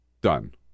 done